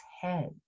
head